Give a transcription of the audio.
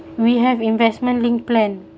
we have investment linked plan